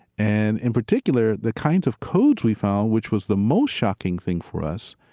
and in particular, the kinds of codes we found, which was the most shocking thing for us,